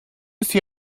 see